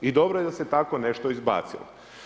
I dobro je da se tako nešto izbacilo.